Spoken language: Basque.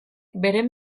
beren